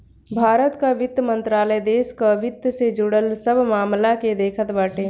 भारत कअ वित्त मंत्रालय देस कअ वित्त से जुड़ल सब मामल के देखत बाटे